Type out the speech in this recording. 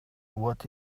what